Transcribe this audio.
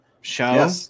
show